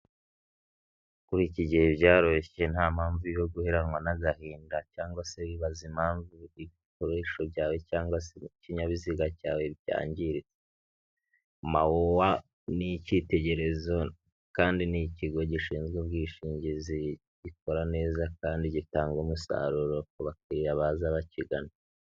Kuri iki gihe byaroroshye nta mpamvu yo guheranwa n'agahinda cyangwa se wibaza impamvu ibikoresho byawe cyangwa se iby'ikinyabiziga cyawe byangiritse. Mawuwa ni icyitegererezo kandi ni icyigo gishinzwe ubwishingizi, ikora neza kandi gitanga umusaruro ku bakiriya baza bakigana.